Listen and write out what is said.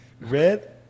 red